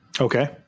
Okay